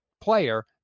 player